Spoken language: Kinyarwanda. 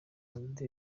hanze